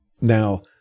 Now